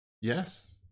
yes